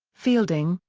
fielding,